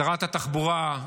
שרת התחבורה,